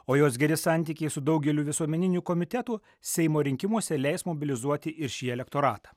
o jos geri santykiai su daugeliu visuomeninių komitetų seimo rinkimuose leis mobilizuoti ir šį elektoratą